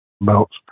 belts